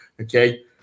Okay